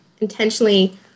intentionally